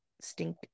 stink